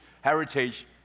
heritage